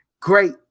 great